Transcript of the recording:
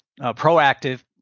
proactive